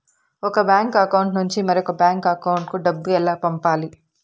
ఒక bank account నుంచి మరొక బ్యాంకు అకౌంట్ కు డబ్బు ఎలా పంపాలి